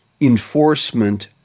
enforcement